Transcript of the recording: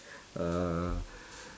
uh